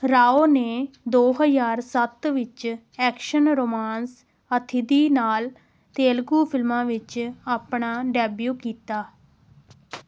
ਰਾਓ ਨੇ ਦੋ ਹਜ਼ਾਰ ਸੱਤ ਵਿੱਚ ਐਕਸ਼ਨ ਰੋਮਾਂਸ ਅਥਿਧੀ ਨਾਲ ਤੇਲਗੂ ਫਿਲਮਾਂ ਵਿੱਚ ਆਪਣਾ ਡੈਬਿਊ ਕੀਤਾ